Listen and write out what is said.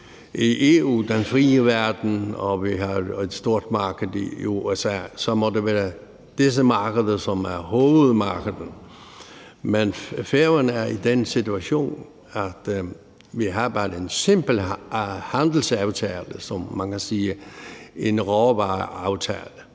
i EU, den frie verden, og vi har et stort marked i USA, så må det være disse markeder, som er hovedmarkederne. Men Færøerne er i den situation, at vi bare har en simpel handelsaftale, som man kan sige er en råvareaftale,